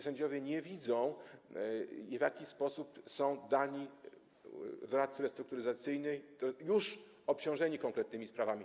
Sędziowie nie widzą, w jaki sposób dani doradcy restrukturyzacyjni są obciążeni konkretnymi sprawami.